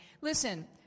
Listen